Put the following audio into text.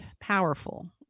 powerful